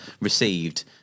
received